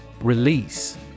Release